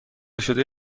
شده